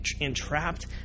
entrapped